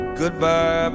goodbye